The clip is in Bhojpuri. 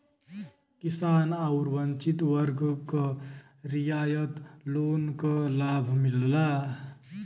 किसान आउर वंचित वर्ग क रियायत लोन क लाभ मिलला